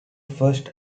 first